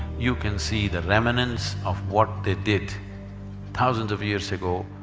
you can see the remnants of what they did thousands of years ago,